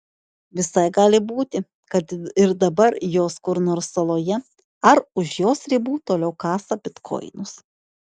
visai gali būti kad ir dabar jos kur nors saloje ar už jos ribų toliau kasa bitkoinus